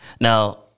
Now